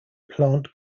plant